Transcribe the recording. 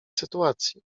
sytuacji